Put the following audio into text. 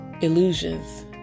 illusions